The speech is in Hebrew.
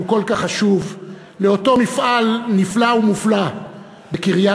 שהוא כל כך חשוב לאותו מפעל נפלא ומופלא בקריית-גת,